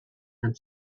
and